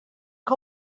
que